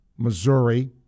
Missouri